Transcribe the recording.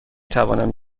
توانم